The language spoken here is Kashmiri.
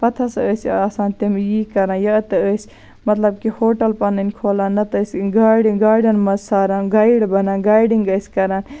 پَتہٕ ہسا ٲسۍ آسان تِم یی کران یا تہٕ ٲسۍ مطلب کہِ ہوٹَل پَنٕنۍ کھولان نہ تہٕ ٲسۍ گاڑِ گاڑٮ۪ن منٛز ساران گایِڈ بَنان گیڈِنگ ٲسۍ کران